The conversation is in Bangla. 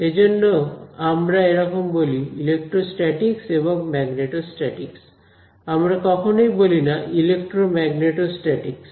সেই জন্য আমরা এরকম বলি ইলেকট্রোস্ট্যাটিকস এবং ম্যাগনেটোস্ট্যাটিকস আমরা কখনোই বলি না ইলেক্ট্রোম্যাগনেটোস্ট্যাটিকস